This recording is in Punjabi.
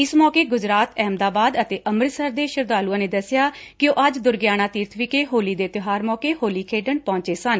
ਇਸ ਮੌਕੇ ਗੁਜਰਾਤ ਅਹਿਮਦਾਬਾਦ ਅਤੇ ਅਮਿਤਸਰ ਦੇ ਸ਼ਰਧਾਲੁਆ ਨੇ ਦੱਸਿਆ ਕਿ ਉਹ ਅੱਜ ਦੁਰਗਿਆਣਾ ਤੀਰਬ ਵਿਖੇ ਹੋਲੀ ਦੇ ਤਿਓਹਾਰ ਸੌਕੇ ਹੋਲੀ ਖੇਡਣ ਪਹੁੰਚੇ ਸਨ